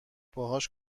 باهاش